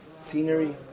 scenery